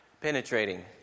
penetrating